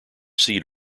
seed